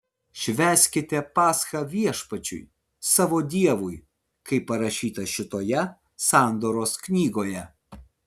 švęskite paschą viešpačiui savo dievui kaip parašyta šitoje sandoros knygoje